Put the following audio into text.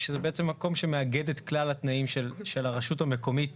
שזה בעצם מקום שמאגד את כלל התנאים של הרשות המקומית